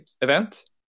event